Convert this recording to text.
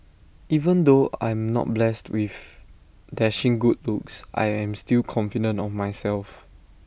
even though I'm not blessed with dashing good looks I am still confident of myself